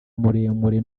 muremure